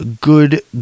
good